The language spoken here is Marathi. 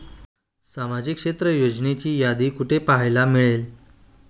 सामाजिक क्षेत्र योजनांची यादी कुठे पाहायला मिळेल?